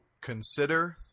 Consider